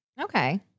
Okay